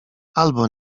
albo